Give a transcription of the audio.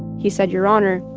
he said, your honor,